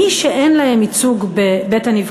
מי שאין להם ייצוג בבית-הנבחרים,